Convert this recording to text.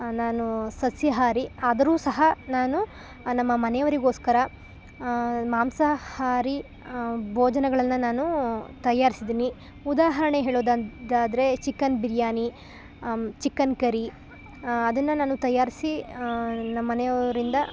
ನಾನು ಸಸ್ಯಾಹಾರಿ ಆದರೂ ಸಹ ನಾನು ನಮ್ಮ ಮನೆವರಿಗೋಸ್ಕರ ಮಾಂಸಾಹಾರಿ ಭೋಜನಗಳನ್ನು ನಾನು ತಯಾರಿಸಿದ್ದೀನಿ ಉದಾಹರಣೆ ಹೇಳೋದೆಂದಾದ್ರೆ ಚಿಕನ್ ಬಿರಿಯಾನಿ ಚಿಕನ್ ಕರಿ ಅದನ್ನು ನಾನು ತಯಾರಿಸಿ ನಮ್ಮನೆಯವರಿಂದ